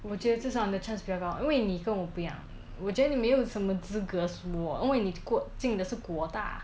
我觉得至少你的 chance 比较高因为你跟我不一样我觉得你没有什么资格说因为你你进的是国大